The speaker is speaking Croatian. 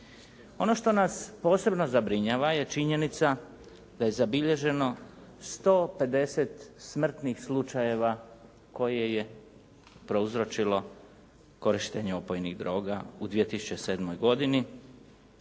Ono što nas posebno zabrinjava je činjenica da je zabilježeno 150 smrtnih slučajeva koje je prouzročilo korištenje opojnih droga u 2007. godini,